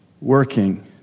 working